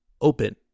open